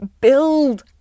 build